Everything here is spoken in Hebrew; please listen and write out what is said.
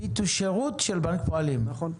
"ביט" היא שירות של בנק הפועלים, נכון?